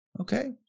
Okay